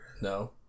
No